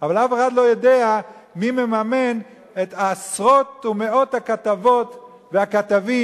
אבל אף אחד לא יודע מי מממן את עשרות ומאות הכתבות והכתבים,